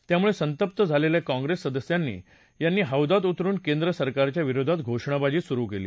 त्यामुळे संतप्त झालेल्या काँप्रेस सदस्यांनी यांनी हौद्यात उतरून केंद्र सरकारच्या विरोधात घोषणाबाजी सुरू केली